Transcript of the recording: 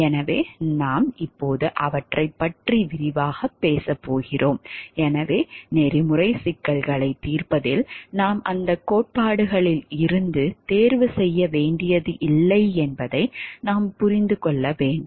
எனவே நாம் இப்போது அவற்றைப் பற்றி விரிவாகப் பேசப் போகிறோம் எனவே நெறிமுறை சிக்கல்களைத் தீர்ப்பதில் நாம் அந்த கோட்பாடுகளில் இருந்து தேர்வு செய்ய வேண்டியதில்லை என்பதை நாம் புரிந்து கொள்ள வேண்டும்